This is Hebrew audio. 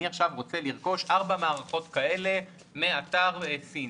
אני רוצה לרכוש ארבע מערכות כאלה מאתר סיני.